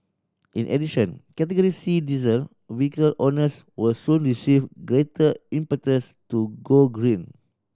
in addition Category C diesel vehicle owners will soon receive greater impetus to go green